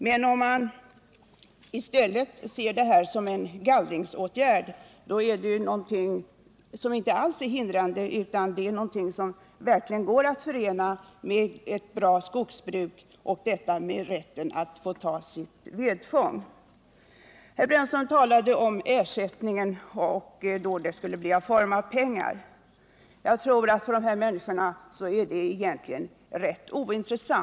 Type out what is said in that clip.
Ser man dem i stället som en gallringsåtgärd, då är servituten inte alls hindrande, utan då utgör rätten till vedfång någonting som verkligen går att förena med ett bra skogsbruk. Herr Brännström talade om att ersättning skulle kunna utgå i form av pengar. Jag tror att detta är något som är rätt ointressant för de här människorna.